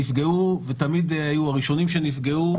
הם נפגעו ותמיד הם היו הראשונים שנפגעו.